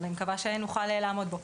אני מקווה שנוכל לעמוד בו.